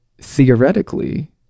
theoretically